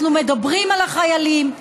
אנחנו מדברים על החיילים,